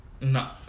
No